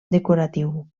decoratiu